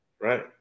Right